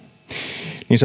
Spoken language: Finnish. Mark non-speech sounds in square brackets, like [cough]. niin [unintelligible]